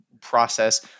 process